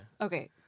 Okay